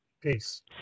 Peace